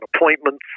appointments